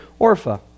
Orpha